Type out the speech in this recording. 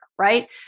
right